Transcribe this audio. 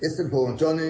Jestem połączony.